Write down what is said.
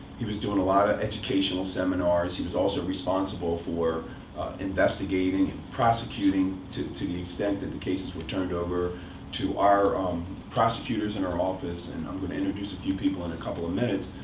he was doing a lot of educational seminars. he was also responsible for investigating and prosecuting, to to the extent that the cases were turned over to our prosecutors in our office. and i'm going to introduce a few people in a couple of minutes.